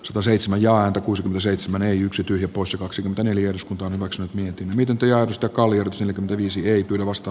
sataseitsemän ja kuusi seitsemän yksi tyhjä poissa kaksi kaneli eduskunta maksaa mietin miten työ joka oli osin visiiri tulevasta